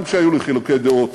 גם כשהיו לי חילוקי דעות